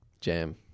Jam